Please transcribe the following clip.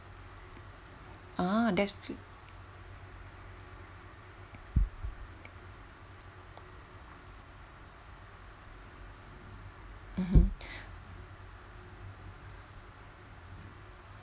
ah that's great mmhmm